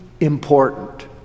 important